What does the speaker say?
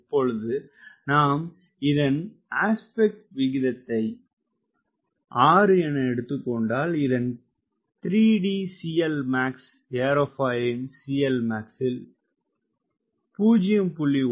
இப்பொழுது நாம் இதன் ஆஸ்பெக்ட் விகிதத்தை 6 என எடுத்துக்கொண்டால் இதன் 3d CLmax ஏரோபாயிலின் CLmax -ல் 0